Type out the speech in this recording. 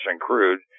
crude